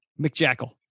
McJackal